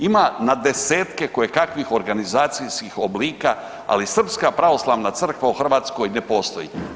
Ima na desetke kojekakvih organizacijskih oblika, ali Srpska pravoslavna crkva u Hrvatskoj ne postoji.